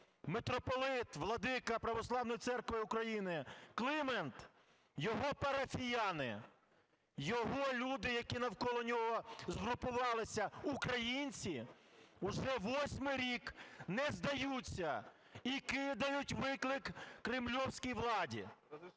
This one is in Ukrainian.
митрополит, владика Православної церкви України Климент, його парафіяни, його люди, які навколо нього згрупувалися, українці вже восьмий рік не здаються і кидають виклик кремлівській владі.